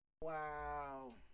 Wow